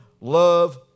love